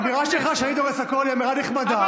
האמירה שלך שאני דורס הכול היא אמירה נחמדה,